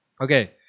Okay